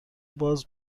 باز